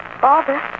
Father